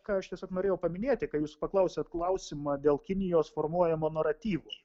ką aš tiesiog norėjau paminėti kai jūs paklausėt klausimą dėl kinijos formuojamo naratyvų